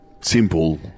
simple